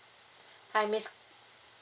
hi miss